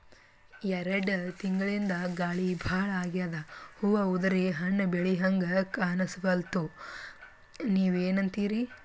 ಎರೆಡ್ ತಿಂಗಳಿಂದ ಗಾಳಿ ಭಾಳ ಆಗ್ಯಾದ, ಹೂವ ಉದ್ರಿ ಹಣ್ಣ ಬೆಳಿಹಂಗ ಕಾಣಸ್ವಲ್ತು, ನೀವೆನಂತಿರಿ?